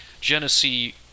Genesee